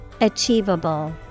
Achievable